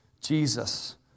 Jesus